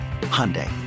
Hyundai